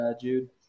Jude